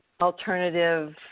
alternative